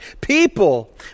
people